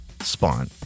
Spawn